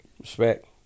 respect